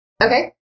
Okay